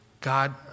God